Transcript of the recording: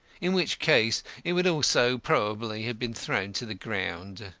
in which case it would also probably have been thrown to the ground.